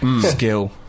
skill